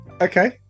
okay